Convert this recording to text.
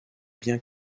bien